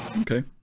Okay